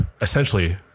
essentially